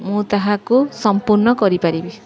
ମୁଁ ତାହାକୁ ସମ୍ପୂର୍ଣ୍ଣ କରିପାରିବି